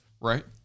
right